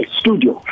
studio